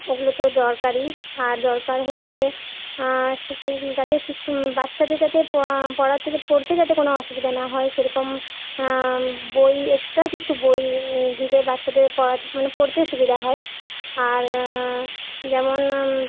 ওগুলো তো দরকারই আর দরকার হচ্ছে যাতে বাচ্চাদের যাতে পড়াতে পড়তে যাতে কোনো অসুবিধা না হয় সেরকম বই এক্সট্রা কিছু বই দিলে বাচ্চাদের পড়াতে মানে পড়তেও সুবিধা হয় আর যেমন